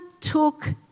took